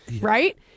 right